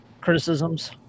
criticisms